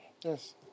Yes